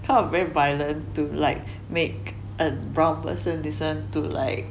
kind of very violent to like make a brown person listen to like